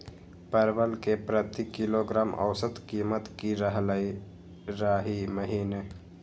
परवल के प्रति किलोग्राम औसत कीमत की रहलई र ई महीने?